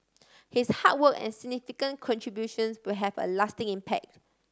his hard work and significant contributions will have a lasting impact